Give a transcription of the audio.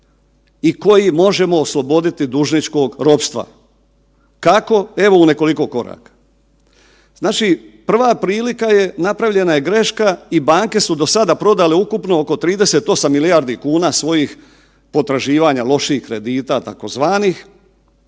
i koje možemo osloboditi dužničkog ropstva. Kako? Evo u nekoliko koraka. Znači prva prilika napravljena je greška i banke su do sada prodale ukupno oko 38 milijardi kuna svojih potraživanja loših kredita takozvanih,